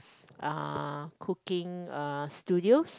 uh cooking studios